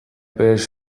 بهش